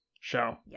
show